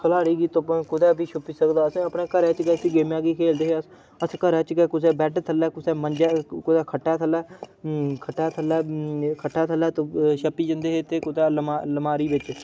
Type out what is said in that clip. खलाड़ी कुतै बी छुप्पी सकदा हा अपने घरै च गै इस गेमै गी खेलदे हे अस अस घरा च गै कुसै बैड्ड थल्लै कुसै मंजै कुसै खट्टा ख'ल्लै खट्टा ख'ल्लै खट्टा ख'ल्लै छप्पी जंदे हे ते कुतै जां लमारी बिच्च